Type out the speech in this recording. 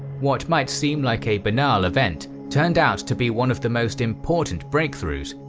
what might seem like a banal event turned out to be one of the most important breakthroughs,